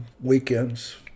weekends